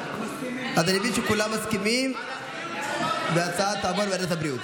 אני מבין שכולם מסכימים שההצעה תעבור לוועדת הבריאות.